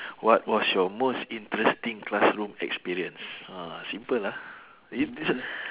what was your most interesting classroom experience ah simple ah eh this one